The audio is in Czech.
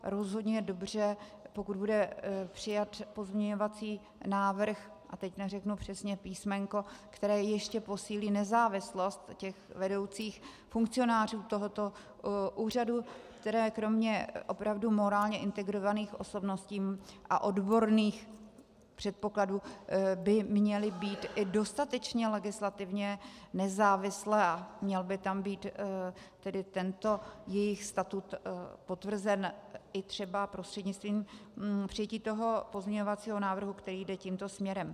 Rozhodně je dobře, pokud bude přijat pozměňovací návrh, a teď neřeknu přesně písmenko, který ještě posílí nezávislost vedoucích funkcionářů tohoto úřadu, kteří kromě opravdu morálně integrovaných osobností a odborných předpokladů by měli být i dostatečně legislativně nezávislí, a měl by tam být tento jejich statut potvrzen i třeba prostřednictvím přijetí toho pozměňujícího návrhu, který jde tímto směrem.